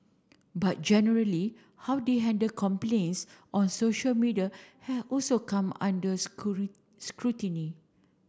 but generally how they handled complaints on social media has also come under scrutiny